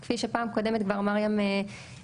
כפי שפעם קודמת כבר מרים הציגה,